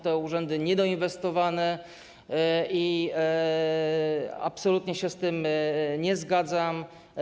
Te urzędy są niedoinwestowane i absolutnie się z tym nie zgadzam.